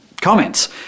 comments